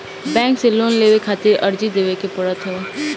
bank से loan लेवे खातिर अर्जी देवे के पड़त हवे